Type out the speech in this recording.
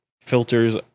filters